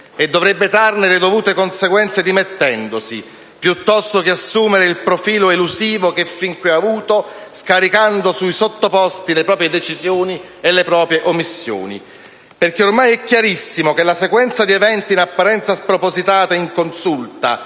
e dovrebbe trarne le dovute conseguenze dimettendosi, piuttosto che assumere il profilo elusivo che fin qui ha avuto, scaricando sui sottoposti le proprie decisioni e le proprie omissioni. È ormai chiarissimo, infatti, che la sequenza di eventi, in apparenza spropositata e inconsulta,